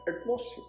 atmosphere